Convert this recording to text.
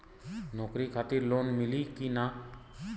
नौकरी खातिर लोन मिली की ना?